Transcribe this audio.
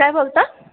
काय बोलता